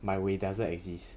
my 伟 doesn't exist